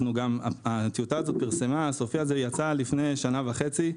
הטיוטה הסופית הזו פורסמה לפני שנה וחצי,